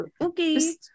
Okay